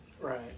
right